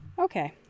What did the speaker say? Okay